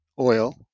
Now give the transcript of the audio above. oil